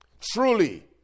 truly